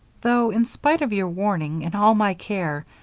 though in spite of your warning and all my care,